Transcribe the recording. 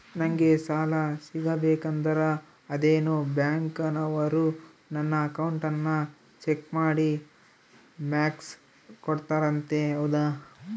ನಂಗೆ ಸಾಲ ಸಿಗಬೇಕಂದರ ಅದೇನೋ ಬ್ಯಾಂಕನವರು ನನ್ನ ಅಕೌಂಟನ್ನ ಚೆಕ್ ಮಾಡಿ ಮಾರ್ಕ್ಸ್ ಕೋಡ್ತಾರಂತೆ ಹೌದಾ?